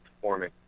performing